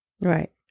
Right